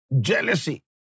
jealousy